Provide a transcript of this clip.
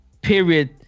period